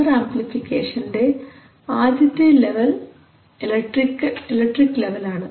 power ആമ്പ്ലിഫിക്കേഷൻറെ ആദ്യത്തെ level electric ലെവലാണ്